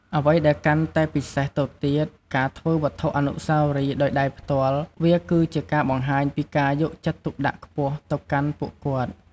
អ្វីដែលកាន់តែពិសេសទៅទៀត ការធ្វើវត្ថុអនុស្សាវរីយ៍ដោយដៃផ្ទាល់ វាគឺជាបង្ហាញពីការយកចិត្តទុកដាក់ខ្ពស់ទៅកាន់ពួកគាត់។